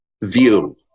view